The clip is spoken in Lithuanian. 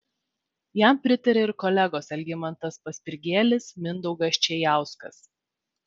jam pritarė ir kolegos algimantas paspirgėlis mindaugas čėjauskas